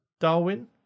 Darwin